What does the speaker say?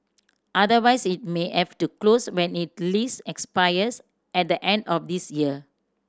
otherwise it may have to close when its lease expires at the end of this year